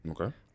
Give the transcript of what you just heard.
Okay